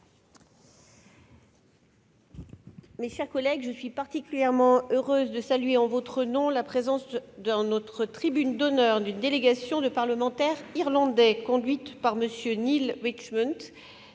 Mes chers collègues, je suis particulièrement heureuse de saluer en votre nom la présence dans notre tribune d'honneur d'une délégation de parlementaires irlandais, conduite par M. Neale Richmond,